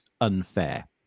unfair